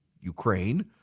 Ukraine